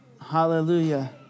Hallelujah